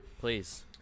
Please